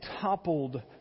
toppled